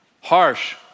harsh